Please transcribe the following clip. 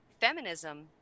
feminism